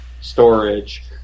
storage